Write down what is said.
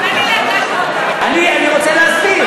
אני רוצה להסביר.